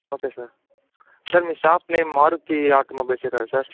okay sir sir మీ shop నేము మారుతి ఆటోమొబైల్స్సే కదా సార్